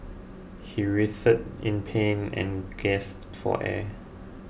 he writhed in pain and gasped for air